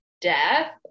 death